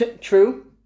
true